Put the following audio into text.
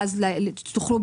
ואז תוכלו,